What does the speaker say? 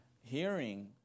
Hearing